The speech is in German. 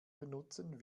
benutzen